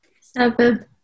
Seven